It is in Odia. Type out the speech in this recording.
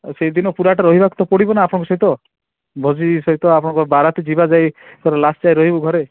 ସେଇଦିନ ପୁରାଟା ରହିବାକୁ ତ ପଡ଼ିବ ନା ଆପଣଙ୍କ ସହିତ ସହିତ ଆପଣଙ୍କ ବାରାତ୍ ଯିବା ଯାଏଁ ପୁରା ଲାଷ୍ଟ ଯାଏଁ ରହିବୁ ଘରେ